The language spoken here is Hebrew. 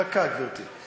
דקה, גברתי.